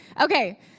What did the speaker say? Okay